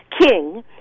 king